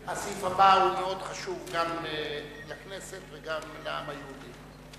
הסעיף הבא הוא מאוד חשוב גם לכנסת וגם לעם היהודי.